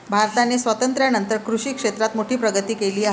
भारताने स्वातंत्र्यानंतर कृषी क्षेत्रात मोठी प्रगती केली आहे